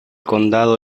condado